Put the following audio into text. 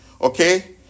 okay